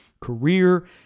career